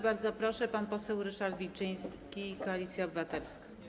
Bardzo proszę, pan poseł Ryszard Wilczyński, Koalicja Obywatelska.